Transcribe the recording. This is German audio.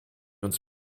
uns